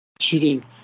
shooting